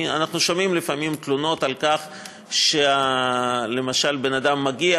אנחנו שומעים לפעמים תלונות על כך שלמשל אדם מגיע